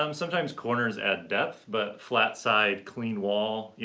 um sometimes corners add depth, but flat side, clean wall, you